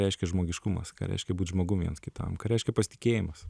reiškia žmogiškumas ką reiškia būti žmogum viens kitam ką reiškia pasitikėjimas